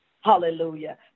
hallelujah